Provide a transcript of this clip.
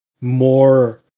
more